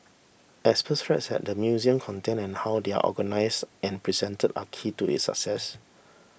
experts stressed that the museum content and how they are organised and presented are key to its success